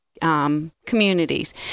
communities